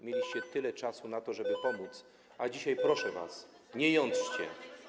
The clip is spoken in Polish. Mieliście tyle czasu na to, żeby pomóc, a dzisiaj proszę was: nie jątrzcie.